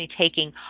taking